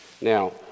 Now